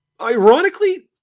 Ironically